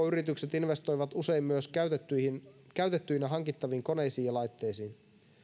yritykset investoivat usein myös käytettyinä käytettyinä hankittaviin koneisiin ja laitteisiin